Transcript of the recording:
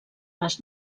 les